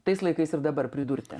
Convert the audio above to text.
tais laikais ir dabar pridurti